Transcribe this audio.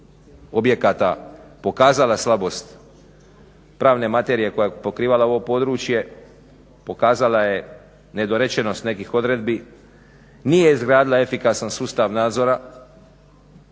objekata pokazala slabost pravne materije koja je pokrivala ovo područje, pokazala je nedorečenost ovih odredbi, nije izgradila efikasan sustav nadzora